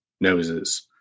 noses